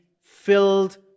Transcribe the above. Filled